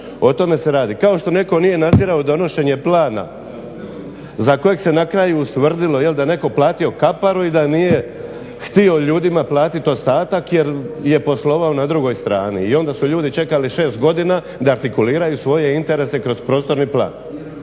O tome se radi, kao što netko nije nadzirao donošenje plana za kojeg se na kraju ustvrdilo jel da netko platio kaparu i da nije htio ljudima platiti ostatak jer je poslovao na drugoj strani i onda su ljudi čekali 6 godina da artikuliraju svoje interese kroz prostorni plan.